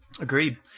Agreed